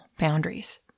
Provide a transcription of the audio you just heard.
boundaries